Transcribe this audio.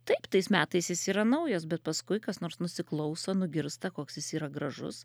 taip tais metais jis yra naujas bet paskui kas nors nusiklauso nugirsta koks jis yra gražus